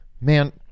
man